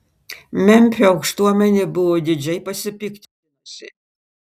memfio aukštuomenė buvo didžiai pasipiktinusi